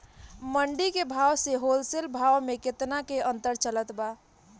मंडी के भाव से होलसेल भाव मे केतना के अंतर चलत बा?